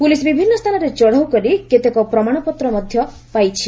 police ବିଭିନ୍ନ ସ୍ଥାନରେ ଚଢ଼ଉ କରି କେତେକ ପ୍ରମାଣ ପତ୍ର ମଧ୍ୟ ପାଇଛି